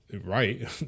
right